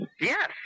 Yes